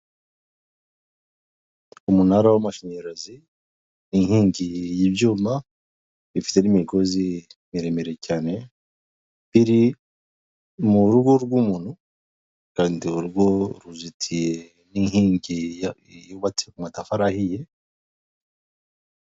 Umunara w'amashanyarazi, inkingi y'ibyuma, bifite n'imigozi miremire cyane, biri mu rugo rw'umuntu, kandi urugo ruzitiye n'inkingi yubatse mu matafari ahiye,...